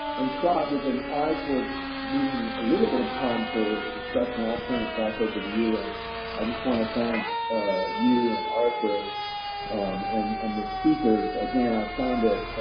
and scott, with an eye towards leaving a little bit of time for discussion, i'll turn it back over to you. and i just want to thank you and arthur and and the speakers again. i found it